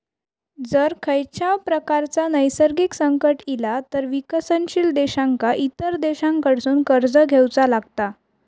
जर खंयच्याव प्रकारचा नैसर्गिक संकट इला तर विकसनशील देशांका इतर देशांकडसून कर्ज घेवचा लागता